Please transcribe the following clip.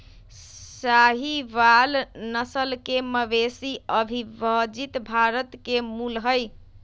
साहीवाल नस्ल के मवेशी अविभजित भारत के मूल हई